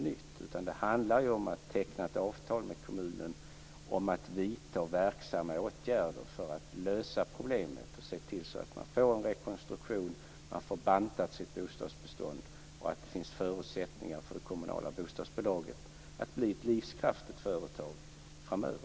Det handlar i stället om att teckna ett avtal med kommunen om att vidta verksamma åtgärder för att lösa problemet och se till att man får en rekonstruktion. Man får banta ned sitt bostadsbestånd. Vidare skall det finnas förutsättningar för det kommunala bostadsbolaget att bli ett livskraftigt företag framöver.